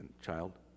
child